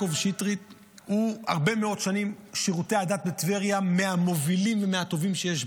הוא לקח את העיר כמה צעדים קדימה בשגשוג,